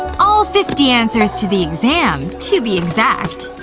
all fifty answers to the exam, to be exact.